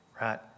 right